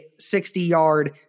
60-yard